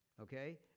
okay